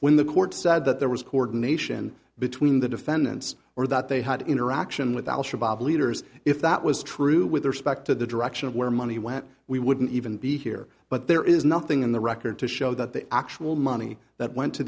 when the court said that there was coordination between the defendants or that they had interaction with al shabaab leaders if that was true with respect to the direction of where money went we wouldn't even be here but there is nothing in the record to show that the actual money that went to